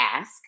ask